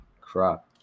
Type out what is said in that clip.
crap